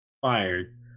fired